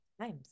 times